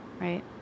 right